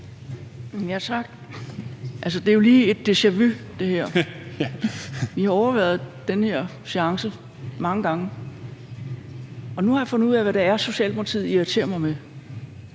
Altså, det er jo lige et deja-vu, det her. Vi har overværet den her seance mange gange, og nu har jeg fundet ud af, hvad det er, Socialdemokratiet irriterer mig med,